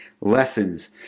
lessons